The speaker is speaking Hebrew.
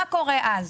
מה קורה אז?